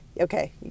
Okay